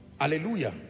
Hallelujah